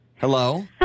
Hello